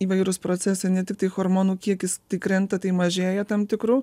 įvairūs procesai ne tiktai hormonų kiekis tai krenta tai mažėja tam tikrų